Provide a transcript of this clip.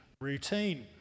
routine